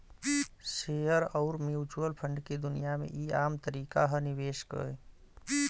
share अउर mutual fund के दुनिया मे ई आम तरीका ह निवेश के